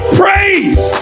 praise